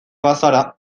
bazara